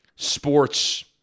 sports